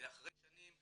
אחרי שנים,